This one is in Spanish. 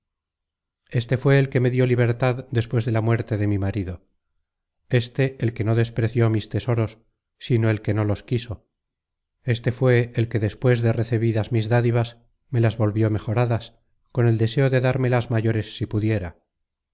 este fué el que me dió libertad despues de la muerte de mi marido éste el que no despreció mis tesoros sino el que no los quiso éste fué el que despues de recebidas mis dádivas me las volvió mejoradas con el deseo de dármelas mayores si pudiera